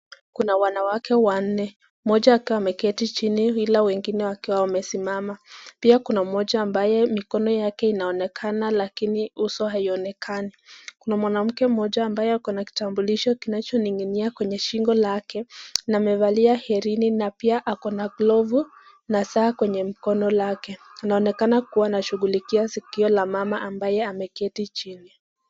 Kuna wanawake wanne mmoja akiwa ameketi chini ila wengine wakiwa wamesimama. Pia kuna mmoja ambaye mikono yake inaonekana lakini uso haionekani. Kuna mwanamke mmoja ambaye ako na kitambulisho kinaning'inia kwenye shingo lake na amevalia herini na pia ako na glovu na saa kwenye mkono lake. Anaonekana anashughulikia sikio la mama ambaye ameketi chini.